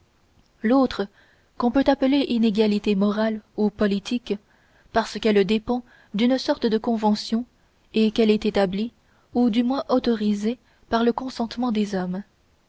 l'autre qu'on peut appeler inégalité morale ou politique parce qu'elle dépend d'une sorte de convention et qu'elle est établie ou du moins autorisée par le consentement des hommes